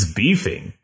beefing